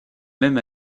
même